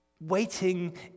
Waiting